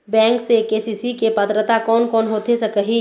Bank से KCC के पात्रता कोन कौन होथे सकही?